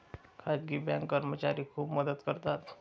खाजगी बँक कर्मचारी खूप मदत करतात